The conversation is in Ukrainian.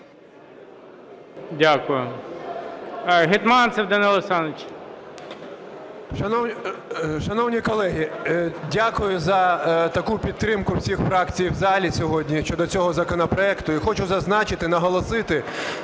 Дякую. Гетманцев Данило Олександрович. 11:33:46 ГЕТМАНЦЕВ Д.О. Шановні колеги, дякую за таку підтримку всіх фракцій в залі сьогодні щодо цього законопроекту. І хочу зазначити і наголосити